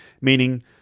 Meaning